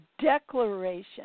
declaration